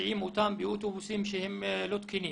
שמסיעים אותם באוטובוסים שהם לא תקינים.